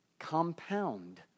Compound